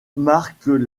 marquent